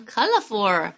Colorful